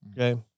Okay